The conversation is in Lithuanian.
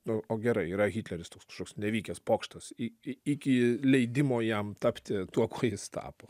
nu gerai o yra hitleris toks kažkoks nevykęs pokštas į iki leidimo jam tapti tuo kuo jis tapo